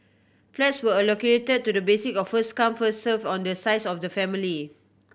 flats were allocated to the basis of first come first serve on the size of the family